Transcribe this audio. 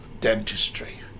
dentistry